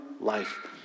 life